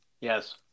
Yes